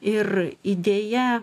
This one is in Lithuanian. ir idėja